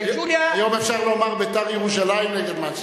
היום אפשר לומר: "בית"ר ירושלים" נגד "מנצ'סטר יונייטד".